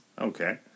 Okay